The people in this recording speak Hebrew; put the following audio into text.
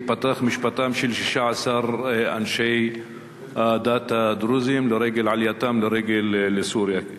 מחר ייפתח משפטם של 16 אנשי הדת הדרוזים לרגל עלייתם לרגל לסוריה.